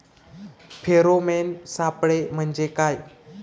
Pheromone सापळे म्हंजे काय?